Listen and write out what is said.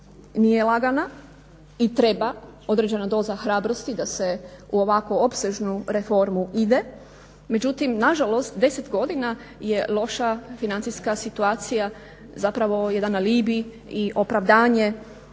nije lagana i treba određena doza hrabrosti da se u ovako opsežnu reformu ide. Međutim, na žalost 10 godina je loša financijska situacija, zapravo jedan alibi i opravdanje